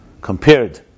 Compared